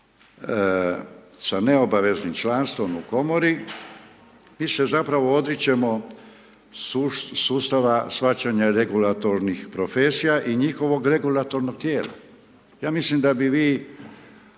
sa neobaveznim članstvom u Komori mi se zapravo odričemo sustava shvaćanja regulatornih profesija i njihovog regulatornog tijela. Ja mislim da bi vi